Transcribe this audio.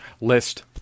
list